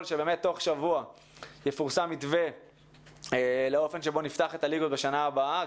שבאמת תוך שבוע יפורסם מתווה לאופן שבו נפתח את הליגות בשנה הבאה,